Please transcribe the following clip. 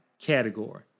category